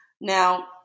Now